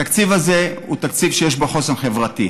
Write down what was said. התקציב הזה הוא תקציב שיש בו חוסן חברתי.